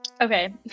Okay